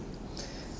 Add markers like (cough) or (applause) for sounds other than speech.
(breath)